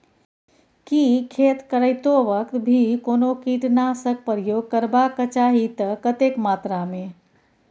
की खेत करैतो वक्त भी कोनो कीटनासक प्रयोग करबाक चाही त कतेक मात्रा में?